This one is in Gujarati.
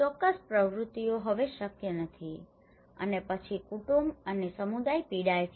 ચોક્કસ પ્રવૃત્તિઓ હવે શક્ય નથી અને પછી કુટુંબ અને સમુદાય પીડાય છે